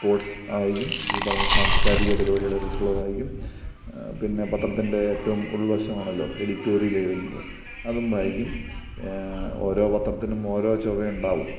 sports വായിക്കും ഈ പറഞ്ഞ സാംസ്കാരിക പരിപാടികളെക്കുച്ചിട്ടുള്ളത് വായിക്കും പിന്നെ പത്രത്തിൻ്റെ ഏറ്റവും ഉൾവശമാണല്ലോ എഡിറ്റോറിയൽ എഴുതുന്നത് അതും വായിക്കും ഓരോ പത്രത്തിനും ഓരോ ചുവയുണ്ടാവും